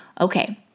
Okay